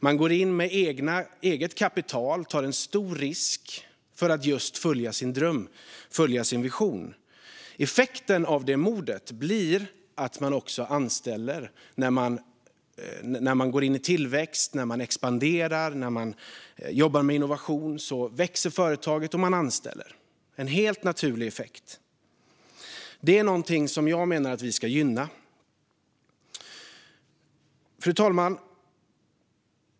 De går in med eget kapital och tar en stor risk för att följa sin dröm och sin vision. Effekten av detta mod blir att de också anställer när de går in i en tillväxt, när de expanderar och jobbar med innovation. Då växer företaget och de anställer. Det är en helt naturlig effekt. Detta är någonting som jag menar att vi ska gynna. Fru talman!